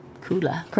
cooler